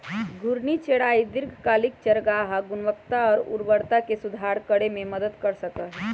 घूर्णी चराई दीर्घकालिक चारागाह गुणवत्ता और उर्वरता में सुधार करे में मदद कर सका हई